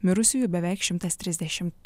mirusiųjų beveik šimtas trisdešimt